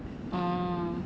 oh